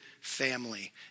family